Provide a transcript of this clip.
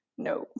No